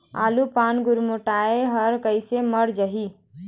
आलू पान गुरमुटाए हर कइसे मर जाही?